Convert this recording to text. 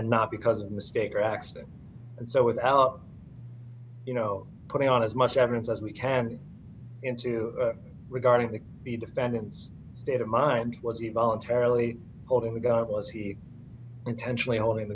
and not because of a mistake or accident and so without you know putting on as much evidence as we can into regarding the the defendant's state of mind was he voluntarily holding the gun was he intentionally holding